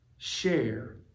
Share